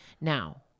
Now